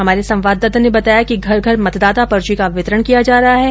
हमारे संवाददाता ने बताया कि घर घर मतदाता पर्ची का वितरण किया जा रहा है